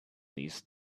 these